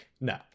No